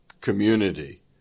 community